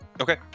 Okay